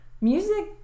music